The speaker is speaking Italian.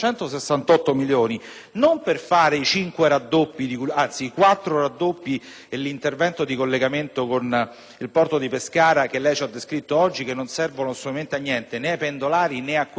non per fare i quattro raddoppi e l'intervento di collegamento con il porto di Pescara che lei ci ha descritto oggi (che non servono assolutamente a niente, né ai pendolari né a quelli che usufruiscono di quella